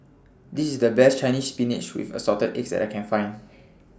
This IS The Best Chinese Spinach with Assorted Eggs that I Can Find